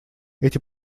эти